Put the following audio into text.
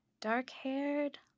dark-haired